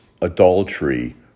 adultery